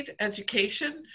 education